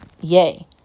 yay